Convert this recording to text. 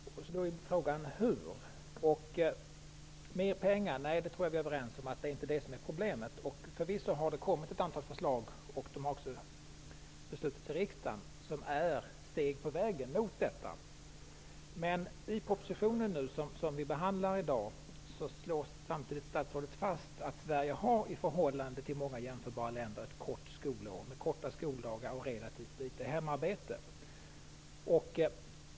Frågan är då hur vi skall göra. Måste det till mer pengar? Jag tror att vi är överens om att det inte är det som är problemet. Det har förvisso kommit ett antal förslag, som vi har fattat beslut om i riksdagen, som är steg på vägen mot detta mål. I den proposition som vi behandlar i dag slår statsrådet fast att Sverige i förhållande till många jämförbara länder har ett kort skolår, med korta skoldagar och relativt litet hemarbete.